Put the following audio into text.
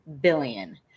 billion